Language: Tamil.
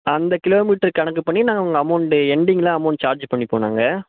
அந்த கிலோ மீட்டர் கணக்குப் பண்ணி நாங்க அமௌண்ட் என்டிங்கில் அமௌண்ட் சார்ஜ் பண்ணிப்போம் நாங்க